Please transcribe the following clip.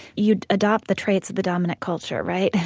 you adopt the traits of the dominant culture, right,